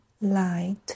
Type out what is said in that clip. light